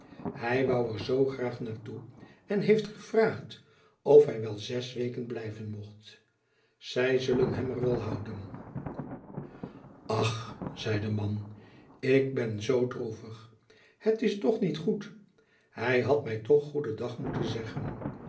hij wou er zoo graag naar toe en heeft gevraagd of hij wel zes weken blijven mocht zij zullen hem er wel houden ach zei de man ik ben zoo droevig het is toch niet goed hij had mij toch goeden dag moeten zeggen